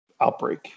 outbreak